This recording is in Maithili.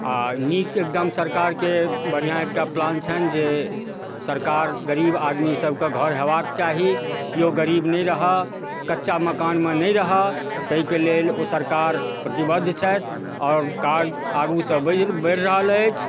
आ नीक एकदम सरकारके बढ़िआँ एकटा प्लान छनि जे सरकार गरीब आदमी सब कऽ घर होयबाक चाही केओ गरीब नहि रहऽ कच्चा मकानमे नहि रहऽ ताहिके लेल ओ सरकार प्रतिबद्ध छथि आओर कार्य आगुसँ बझि बढ़ि रहल अछि